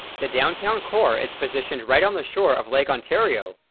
the downtown core is positioned right on the shore of lake ontario,